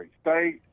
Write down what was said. state